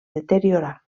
deteriorar